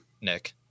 Nick